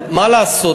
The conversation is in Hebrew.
מה לעשות,